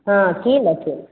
हँ की लेथिन